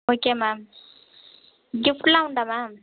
okay ma'am கிஃப்ட்லாம் உண்டா ma'am